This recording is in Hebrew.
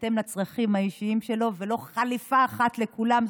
בהתאם לצרכים האישיים שלו, ולא חליפה אחת לכולם.